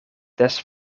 des